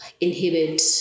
inhibit